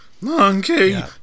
Monkey